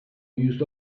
used